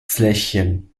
fläschchen